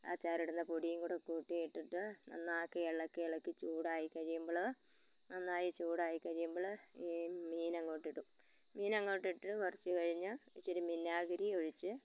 അച്ചാറിടുന്ന പൊടിയുംകൂടി കൂട്ടിയിട്ടിട്ട് നന്നാക്കി ഇളക്കിയിളക്കി ചൂടായിക്കഴിയുമ്പോള് നന്നായി ചൂടായി ക്കഴിയുമ്പോള് ഈ മീനങ്ങോട്ടിടും മീനങ്ങോട്ടിട്ട് കുറച്ച് കഴിഞ്ഞ് ഇച്ചിരി വിനാഗിരിയൊഴിച്ച്